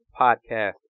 podcast